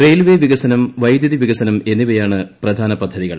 railway വികസനം വൈദ്യുതി വികസനം എന്നിവയാണ് പ്രധാനപദ്ധതികൾ